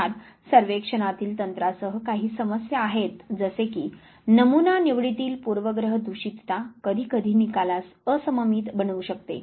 अर्थात सर्वेक्षणातील तंत्रासह काही समस्या आहेत जसे की नमुना निवडी तील पूर्वग्रह दूषितता कधीकधी निकालास असममित बनवू शकते